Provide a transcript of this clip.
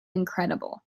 incredible